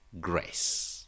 grace